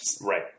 Right